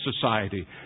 society